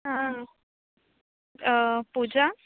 आं पुजा